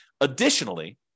Additionally